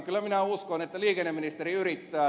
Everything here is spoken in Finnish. kyllä minä uskon että liikenneministeri yrittää